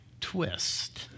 twist